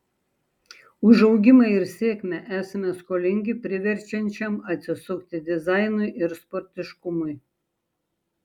už augimą ir sėkmę esame skolingi priverčiančiam atsisukti dizainui ir sportiškumui